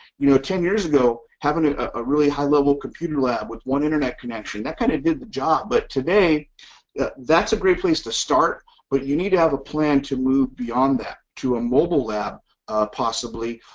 you know ten years ago having a really high level computer lab with one internet connection, that kind of did the job, but today yeah that's a great place to start but you need to have a plan to move beyond that to a mobile lab possibly,